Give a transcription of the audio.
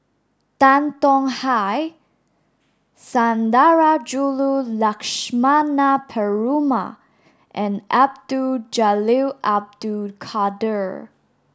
Tan Tong Hye Sundarajulu Lakshmana Perumal and Abdul Jalil Abdul Kadir